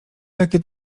takie